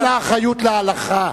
נתנה אחריות להלכה.